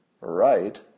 right